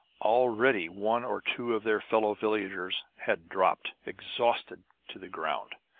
already one or two of their fellow villagers had dropped, exhausted, to the ground.